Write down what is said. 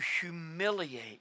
humiliate